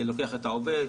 לוקח את העובד,